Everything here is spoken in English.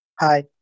Hi